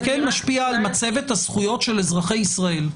זה כן משפיע על מצבת הזכויות של אזרחי ישראל,